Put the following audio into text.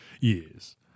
Yes